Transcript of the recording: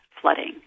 flooding